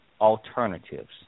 alternatives